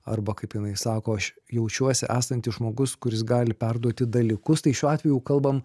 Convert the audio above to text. arba kaip jinai sako aš jaučiuosi esantis žmogus kuris gali perduoti dalykus tai šiuo atveju kalbam